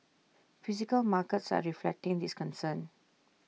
physical markets are reflecting this concern